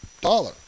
dollar